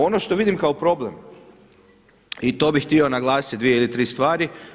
Ono što vidim kao problem i to bih htio naglasiti dvije ili tri stvari.